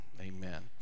amen